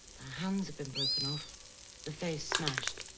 hands have been broken off the face smashed